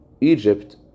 Egypt